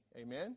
Amen